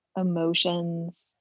emotions